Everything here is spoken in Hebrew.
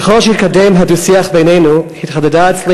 ככל שהתקדם הדו-שיח בינינו התחדדה אצלי